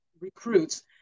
recruits